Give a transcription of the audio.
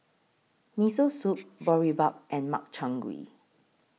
Miso Soup Boribap and Makchang Gui